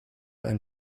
ein